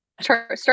start